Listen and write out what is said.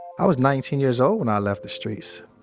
i was nineteen years old when i left the streets.